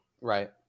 right